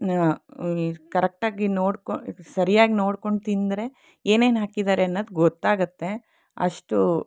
correct ಆಗಿ ನೋಡ್ಕೊಂಡು ಸರಿಯಾಗಿ ನೋಡ್ಕೊಂಡು ತಿಂದರೆ ಏನೇನು ಹಾಕಿದ್ದಾರೆ ಅನ್ನೋದು ಗೊತ್ತಾಗುತ್ತೆ ಅಷ್ಟು